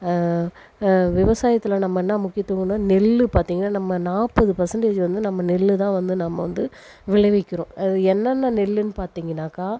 விவசாயத்தில் நம்ம என்ன முக்கியத்துவம்னா நெல்லு பார்த்தீங்கனா நம்ம நாற்பது பர்சன்டேஜ் வந்து நம்ம நெல்லு தான் வந்து நம்ம வந்து விளைவிக்கிறோம் அது என்னென்ன நெல்லுன்னு பார்த்தீங்கனாக்கா